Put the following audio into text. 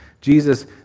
Jesus